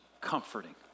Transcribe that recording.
comforting